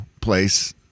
place